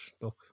look